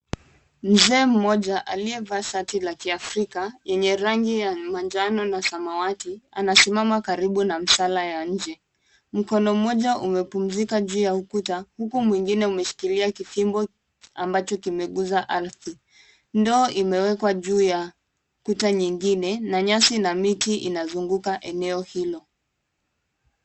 Mzee mmoja aliyevaa shati la kiafrika yenye rangi ya manjano na samawati, anasimama karibu na msala ya nje. Mkono mmoja umepumzika juu ya ukuta, huku mwingine umeshikilia kifimbo ambacho kimegusa ardhi. Ndoo imewekwa juu ya kuta nyingine na nyasi na miti inazunguka eneo hilo.